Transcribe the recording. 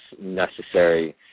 necessary